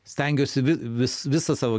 stengiuosi vis visą savo